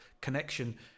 connection